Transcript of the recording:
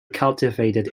cultivated